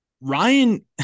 Ryan